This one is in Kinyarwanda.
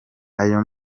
ayo